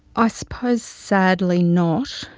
ah suppose sadly not.